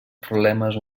problemes